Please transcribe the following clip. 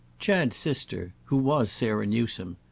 chad's sister who was sarah newsome.